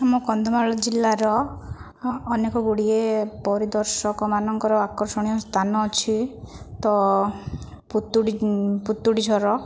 ଆମ କନ୍ଧମାଳ ଜିଲ୍ଲାର ଅନେକଗୁଡ଼ିଏ ପରିଦର୍ଶକମାନଙ୍କର ଆକର୍ଷଣୀୟ ସ୍ଥାନ ଅଛି ତ ପୁତୁଡ଼ି ପୁତୁଡ଼ିଝର